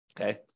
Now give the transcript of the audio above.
Okay